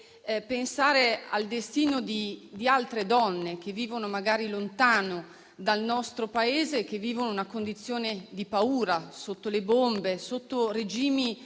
pensare al destino di altre donne che vivono magari lontano dal nostro Paese, in una condizione di paura, sotto le bombe, sotto regimi